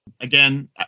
again